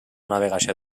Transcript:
navegació